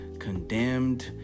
condemned